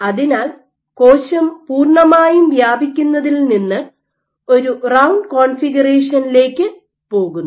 അതിനാൽ കോശം പൂർണ്ണമായും വ്യാപിക്കുന്നതിൽ നിന്ന് ഒരു റൌണ്ട് കോൺഫിഗറേഷനിലേക്ക് പോകുന്നു